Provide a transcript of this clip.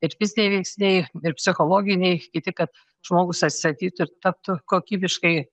ir fiziniai veiksniai ir psichologiniai kiti kad žmogus atsistatytų ir taptų kokybiškai